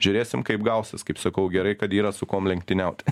žiūrėsim kaip gausis kaip sakau gerai kad yra su kuom lenktyniauti